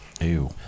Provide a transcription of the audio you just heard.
Ew